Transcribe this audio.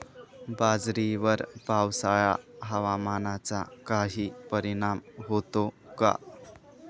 बाजरीवर पावसाळा हवामानाचा काही परिणाम होतो का?